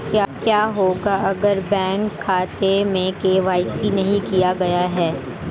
क्या होगा अगर बैंक खाते में के.वाई.सी नहीं किया गया है?